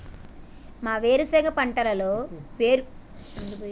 మా వేరుశెనగ పంటలలో వేరు పురుగు వచ్చింది? ఎటువంటి నివారణ చర్యలు తీసుకోవాలే?